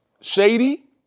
Shady